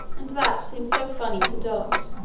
and that seemed so funny to dot,